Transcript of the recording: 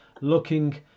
looking